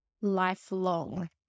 lifelong